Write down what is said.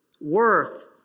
worth